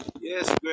Yes